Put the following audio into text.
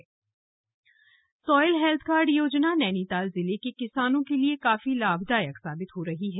soil health card soil health card योजना नैनीताल जिले के किसानों के लिए काफी लाभदायक साबित हो रही है